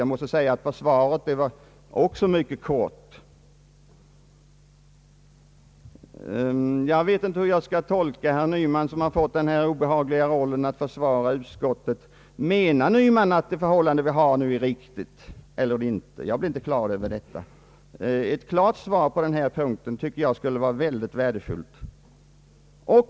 Jag måste säga att försvaret här i kammaren också var mycket kort. Jag vet inte hur jag skall tolka herr Nyman som fått den obehagliga rollen att försvara utskottet. Menar herr Nyman att det förhållande som nu råder är riktigt? Jag är inte säker på hur han menar. Ett klart svar på denna punkt skulle vara ytterst värdefullt.